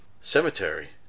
cemetery